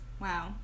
Wow